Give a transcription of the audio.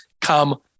come